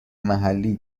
محلی